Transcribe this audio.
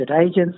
agents